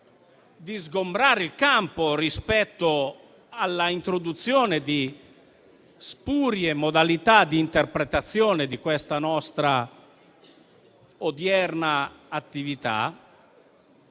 di sgombrare il campo rispetto all'introduzione di spurie modalità di interpretazione di questa nostra odierna attività,